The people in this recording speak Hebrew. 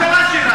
או הממשלה שלה?